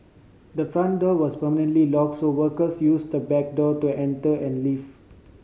the front door was permanently locked so workers used the back door to enter and leave